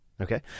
Okay